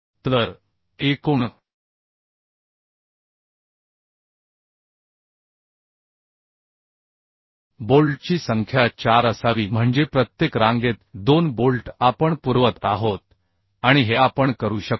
तर एकूण बोल्टची संख्या 4 असावी म्हणजे प्रत्येक रांगेत 2 बोल्ट आपण पुरवत आहोत आणि हे आपण करू शकतो